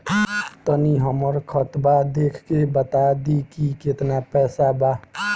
तनी हमर खतबा देख के बता दी की केतना पैसा बा?